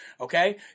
okay